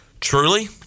Truly